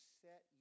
set